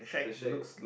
they shack